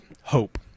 Hope